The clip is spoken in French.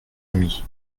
amis